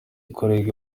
ikorerwa